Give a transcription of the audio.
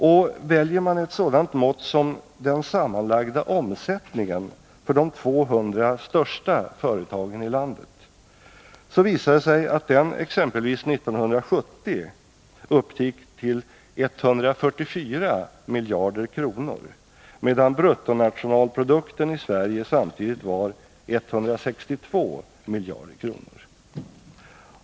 Och väljer man ett sådant mått som den sammanlagda omsättningen för de 200 största företagen i landet visar det sig att den exempelvis 1970 uppgick till 144 miljarder kronor, medan bruttonationalprodukten i Sverige samtidigt var 162 miljarder kronor.